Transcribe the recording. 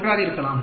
1 ஆக இருக்கலாம்